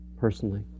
personally